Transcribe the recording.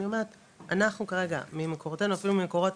אני אומרת אנחנו כרגע ממקורותינו אפילו מקורות